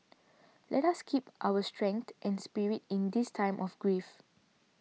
let us keep up our strength and spirit in this time of grief